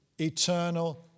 eternal